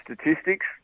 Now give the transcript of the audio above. statistics